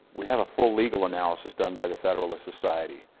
we have a full legal analysis done by the federalist society,